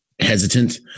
hesitant